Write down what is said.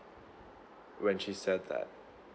when she said that